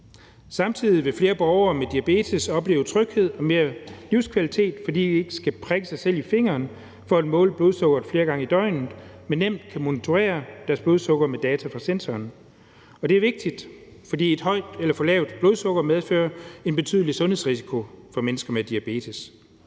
fordi flere borgere med diabetes vil opleve tryghed og bedre livskvalitet, fordi de ikke skal prikke sig selv i fingeren for at måle blodsukkeret flere gange i døgnet, men nemt kan monitorere deres blodsukker med data fra sensoren. Og det er vigtigt, fordi for højt eller for lavt blodsukker medfører en betydelig sundhedsrisiko for mennesker med diabetes.